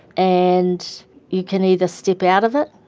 and you can either step out of it,